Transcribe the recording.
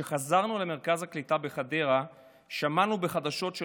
וכשחזרנו למרכז הקליטה בחדרה שמענו בחדשות של